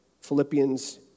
Philippians